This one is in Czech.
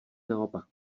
naopak